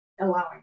allowing